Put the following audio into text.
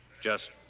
just.